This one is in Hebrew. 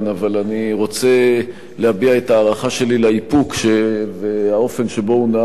אבל אני רוצה להביע את ההערכה שלי לאיפוק ולאופן שבו הוא נהג